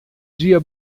dia